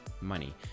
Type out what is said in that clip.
money